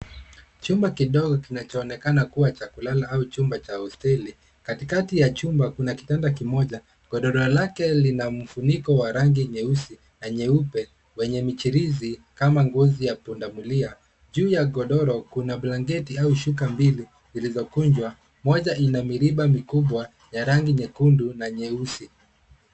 Chumba kidogo kinachoonekana kuwa cha kulala au chumba cha hosteli. Katikati ya chumba kuna kitanda kimoja. Godoro lake lina mfuniko wa rangi nyeupe na nyeusi. Juu ya godoro kuna blanketi au shuka mbili zilizokunjwa. Moja ina miriba mikubwa ya rangi nyekundu na nyeusi.